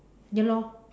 ya lor